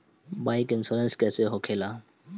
Bike insurance कैसे होखे ला?